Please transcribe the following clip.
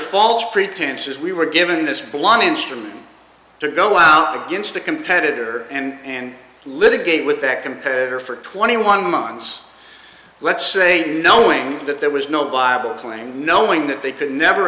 false pretenses we were given this blunt instrument to go out against a competitor and litigate with that competitor for twenty one months let's say knowing that there was no viable claim knowing that they could never